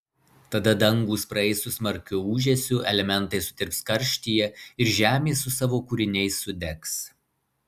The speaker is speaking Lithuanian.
tada dangūs praeis su smarkiu ūžesiu elementai sutirps karštyje ir žemė su savo kūriniais sudegs